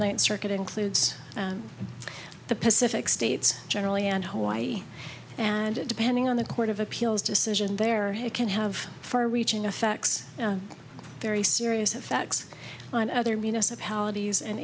ninth circuit includes the pacific states generally and hawaii and depending on the court of appeals decision their head can have far reaching effects very serious effects on other municipalities and